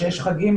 כשיש חגים,